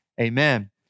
Amen